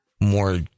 more